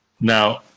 Now